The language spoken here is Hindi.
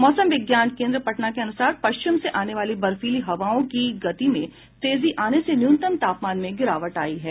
मौसम विज्ञान केन्द्र पटना के अनुसार पश्चिम से आने वाली बर्फीली हवाओं की गति में तेजी आने से न्यूनतम तापमान में गिरावट आई है